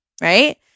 right